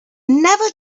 never